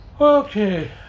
Okay